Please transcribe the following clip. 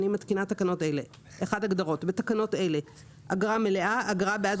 אני מתקינה תקנות אלה: בתקנות אלה - "אגרה מלאה" אגרה בעד